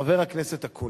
חבר הכנסת אקוניס,